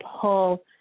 pull